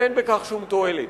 ואין בכך שום תועלת.